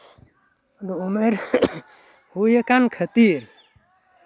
ᱟᱫᱚ ᱩᱢᱮᱨ ᱦᱩᱭ ᱟᱠᱟᱱ ᱠᱷᱟ ᱛᱤᱨ